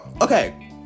okay